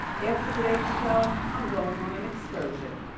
after today's show, i'm going on an excursion.